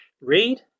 read